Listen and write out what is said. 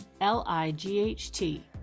L-I-G-H-T